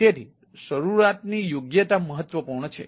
તેથી શરૂઆતની યોગ્યતા મહત્વપૂર્ણ છે